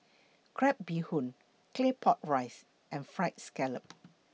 Crab Bee Hoon Claypot Rice and Fried Scallop